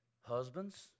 husbands